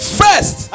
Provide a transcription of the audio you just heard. first